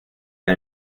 que